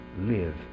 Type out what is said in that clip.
live